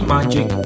Magic